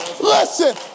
Listen